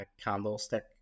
candlestick